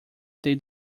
they